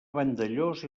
vandellòs